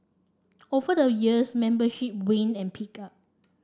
over the years membership waned and picked up